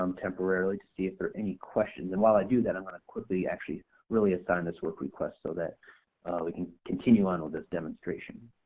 um temporarily to see if there are any questions and while i do that i'm going to quickly actually really assign this work request so that we can continue on with this demonstration.